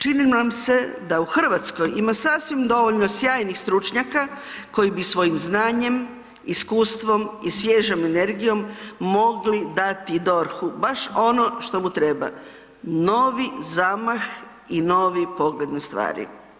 Čini nam se da u Hrvatskoj ima sasvim dovoljno sjajnih stručnjaka koji bi svojim znanjem, iskustvom i svježem energijom mogli dati DORH-u baš ono što mu treba, novi zamah i novi pogled na stvari.